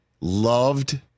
loved